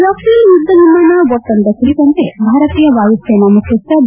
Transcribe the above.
Rafale ಯುದ್ದ ವಿಮಾನ ಒಪ್ಪಂದ ಕುರಿತಂತೆ ಭಾರತೀಯ ವಾಯುಸೇನಾ ಮುಖ್ಯಸ್ನ ಬಿ